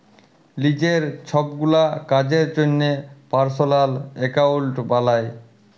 লিজের ছবগুলা কাজের জ্যনহে পার্সলাল একাউল্ট বালায়